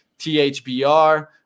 THBR